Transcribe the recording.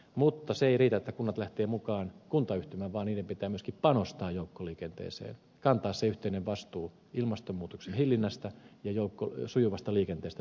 mutta se ei riitä että kunnat lähtevät mukaan kuntayhtymään vaan niiden pitää myöskin panostaa joukkoliikenteeseen kantaa se yhteinen vastuu ilmastonmuutoksen hillinnästä ja sujuvasta liikenteestä pääkaupunkiseudulla